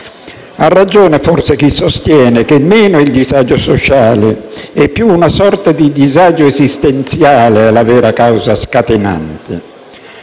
Ha ragione forse chi sostiene che meno il disagio sociale e più una sorta di disagio esistenziale è la vera causa scatenante.